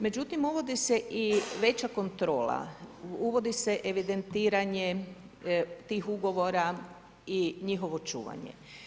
Međutim uvodi se i veća kontrola, uvodi se evidentiranje tih ugovora i njihovo čuvanje.